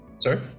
Sorry